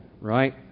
right